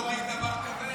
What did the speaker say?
נכון לא ראית דבר כזה,